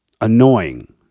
annoying